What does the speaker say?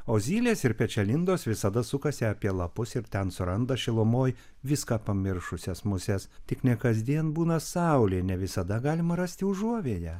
o zylės ir pečialindos visada sukasi apie lapus ir ten suranda šilumoj viską pamiršusias muses tik ne kasdien būna saulė ne visada galima rasti užuovėją